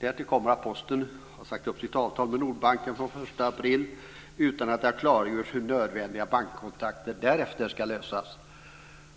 Därtill kommer att Posten har sagt upp sitt avtal med Nordbanken från den 1 april 2001 utan att det har klargjorts hur nödvändiga bankkontakter därefter ska lösas.